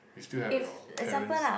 you still have your parents